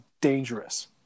dangerous